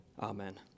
Amen